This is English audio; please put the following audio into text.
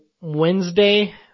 Wednesday